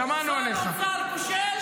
אתה שר אוצר כושל וגזען.